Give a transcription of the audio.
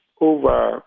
over